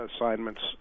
assignments